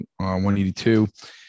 182